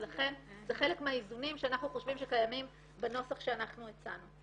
ולכן זה חלק מהאיזונים שאנחנו חושבים שקיימים בנוסח שאנחנו הצענו.